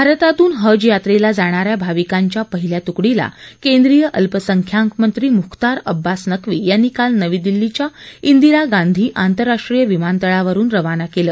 भारतातून हज यात्रेला जाणाऱ्या भाविकांच्या पहिल्या तुकडीला केंद्रीय अल्पसंख्यांकमंत्री मुख्तार अब्बास नक्वी यांनी काल नवी दिल्लीच्या दिरा गांधी आंतरराष्ट्रीय विमानतळावरुन रवाना केलं